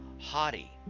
haughty